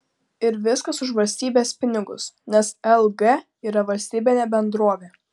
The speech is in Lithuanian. ir viskas už valstybės pinigus nes lg yra valstybinė bendrovė